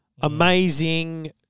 amazing